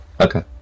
Okay